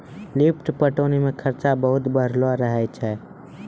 lift पटौनी मे खरचा बहुत बढ़लो रहै छै